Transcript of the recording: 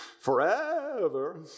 forever